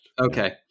Okay